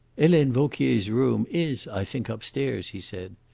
helene vauquier's room is, i think, upstairs, he said.